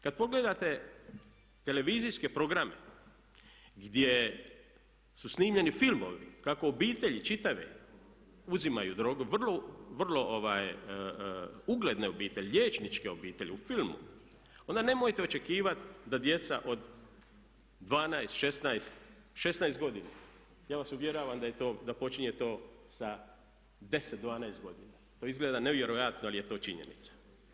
Kada pogledate televizijske programe gdje su snimljeni filmovi kako obitelji čitave uzimaju drogu, vrlo ugledne obitelji, liječničke obitelji, u filmu onda nemojte očekivati da djeca od 12, 16 godina, ja vas uvjeravam da počinje to sa 10, 12 godina, to izgleda nevjerojatno ali je to činjenica.